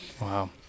Wow